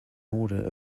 order